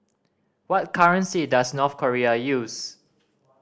what currency does North Korea use